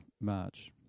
March